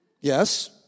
Yes